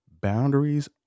Boundaries